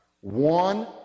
One